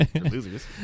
Losers